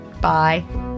Bye